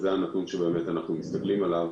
זה באמת הנתון שאנחנו מסתכלים עליו.